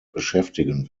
beschäftigen